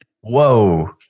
Whoa